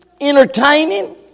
entertaining